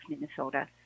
Minnesota